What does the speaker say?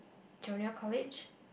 junior college